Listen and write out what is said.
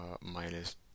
minus